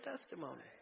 testimony